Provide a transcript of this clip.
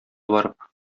барып